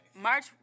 March